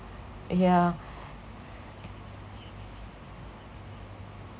yeah